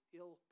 ill